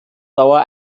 dauer